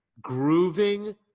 Grooving